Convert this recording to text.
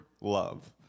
love